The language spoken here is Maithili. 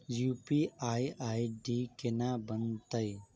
यु.पी.आई आई.डी केना बनतै?